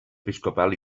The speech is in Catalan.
episcopal